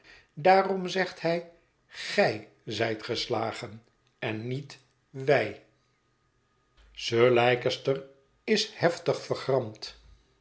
daarom zegt hij gij zijt geslagen en niet wij sir leicester is heftig vergramd